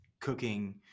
cooking